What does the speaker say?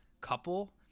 couple